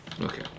okay